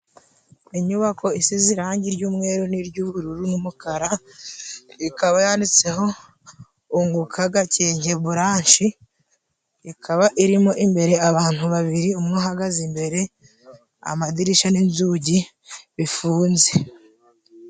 Inyubako isize irangi ry'umweru n' iry'ubururu n'umukara, ikaba yanditseho unguka Gakenke buranshi, ikaba irimo imbere abantu babiri, umwe ahagaze imbere, amadirisha n'inzugi bifunze.